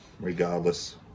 regardless